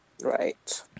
Right